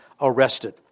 arrested